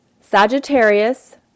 Sagittarius